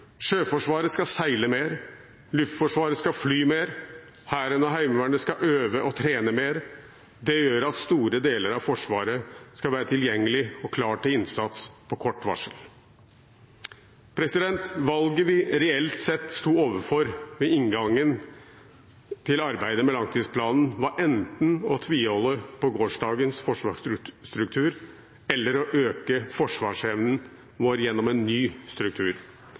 Sjøforsvaret skal seile mer, Luftforsvaret skal fly mer, Hæren og Heimevernet skal øve og trene mer. Det gjør at store deler av Forsvaret skal være tilgjengelig og klar til innsats på kort varsel. Valget vi reelt sett sto overfor ved inngangen til arbeidet med langtidsplanen, var enten å tviholde på gårsdagens forsvarsstruktur eller å øke forsvarsevnen vår gjennom en ny struktur.